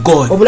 God